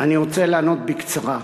אני רוצה לענות בקצרה.